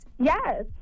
Yes